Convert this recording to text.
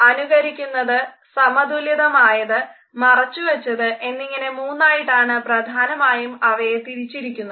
അനുകരിക്കുന്നത് സമതുലിതമായത് മറച്ചുവച്ചത് എന്നിങ്ങനെ മൂന്നായിട്ടാണ് പ്രധാനമായും അവയെ തിരിച്ചിരിക്കുന്നത്